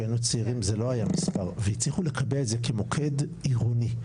שהיינו צעירים זה לא היה מספר והצליחו לקבע את זה כמוקד עירוני.